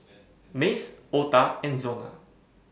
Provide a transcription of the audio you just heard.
Mace Ota and Zona